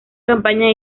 campaña